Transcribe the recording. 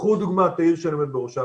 קחו דוגמה את העיר שאני עומד בראשה,